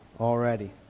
already